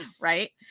Right